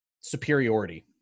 superiority